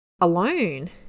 alone